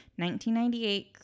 1998